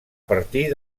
partir